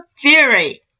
theory